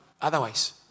otherwise